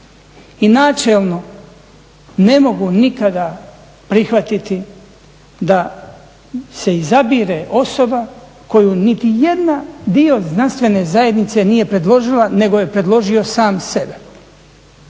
i načelno ne mogu nikada prihvatiti da se izabire osoba koju niti jedna, dio znanstvene zajednice nije predložila nego je predložio sam sebe.